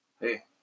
Hey